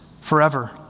forever